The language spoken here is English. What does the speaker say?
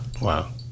Wow